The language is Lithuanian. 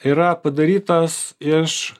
yra padarytas iš